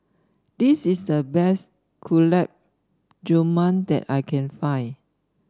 this is the best Gulab Jamun that I can find